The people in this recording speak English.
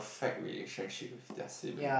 ~fect relationship with their siblings